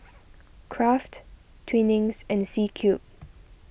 Kraft Twinings and C Cube